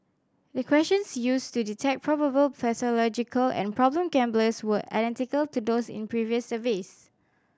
the questions used to detect probable pathological and problem gamblers were identical to those in previous surveys